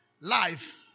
life